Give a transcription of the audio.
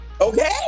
Okay